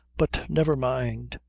but never mind.